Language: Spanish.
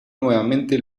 nuevamente